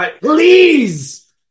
Please